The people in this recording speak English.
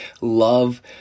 love